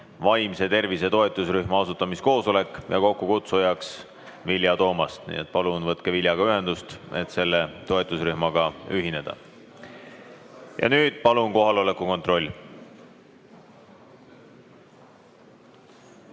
vaimse tervise toetusrühma asutamiskoosolek, mille kokkukutsuja on Vilja Toomast. Nii palun võtke Viljaga ühendust, et selle toetusrühmaga ühineda. Nüüd palun kohaloleku kontroll!